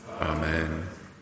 Amen